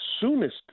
soonest